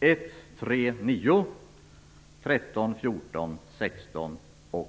1, 3, 9, 13, 14, 16 och